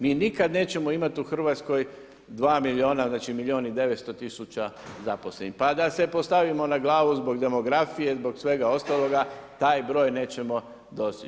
Mi nikad nećemo imati u Hrvatskoj 2 milijuna, znači milijun i 900 tisuća zaposlenih, pa da se postavimo na glavu zbog demografije, zbog svega ostaloga taj broj nećemo postići.